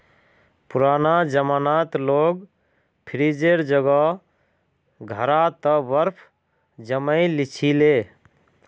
पुराना जमानात लोग फ्रिजेर जगह घड़ा त बर्फ जमइ ली छि ले